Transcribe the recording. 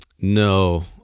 No